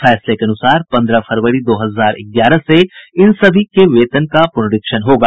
फैसले के अनुसार पन्द्रह फरवरी दो हजार ग्यारह से इन सभी के वेतन का पुनरीक्षण होगा